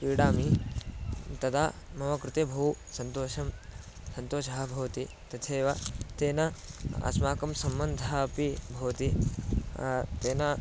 क्रीडामि तदा मम कृते बहु सन्तोषः सन्तोषः भवति तथैव तेन अस्माकं सम्बन्धः अपि भवति तेन